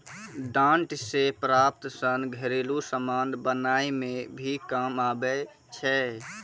डांट से प्राप्त सन घरेलु समान बनाय मे भी काम आबै छै